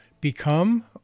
become